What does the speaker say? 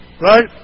Right